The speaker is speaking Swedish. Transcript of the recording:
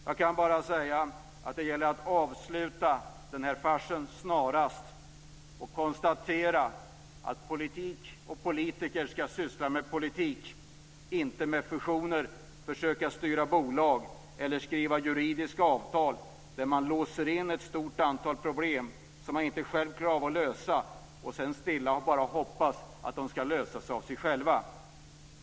Jag kan bara säga att det gäller att snarast avsluta den här farsen och att konstatera att politik och politiker ska syssla med politik, inte med fusioner, och inte försöka styra bolag eller skriva juridiska avtal där ett stort antal problem låses in som man inte själv klarar av att lösa och sedan bara stilla hoppas att de ska lösa sig av sig själva.